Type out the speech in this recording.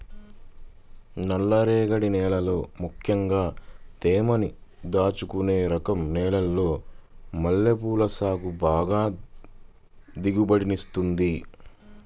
నల్లరేగడి నేలల్లో ముక్కెంగా తేమని దాచుకునే రకం నేలల్లో మల్లెపూల సాగు బాగా దిగుబడినిత్తది